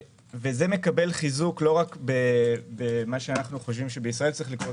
זה מקבל חיזוק לא רק במה שאנחנו חושבים שצריך לקרות בישראל.